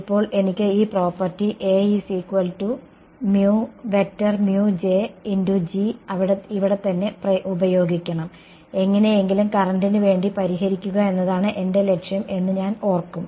ഇപ്പോൾ എനിക്ക് ഈ പ്രോപ്പർട്ടി ഇവിടെത്തന്നെ ഉപയോഗിക്കണം എങ്ങനെയെങ്കിലും കറന്റിനുവേണ്ടി പരിഹരിക്കുക എന്നതാണ് എന്റെ ലക്ഷ്യം എന്ന് ഞാൻ ഓർക്കും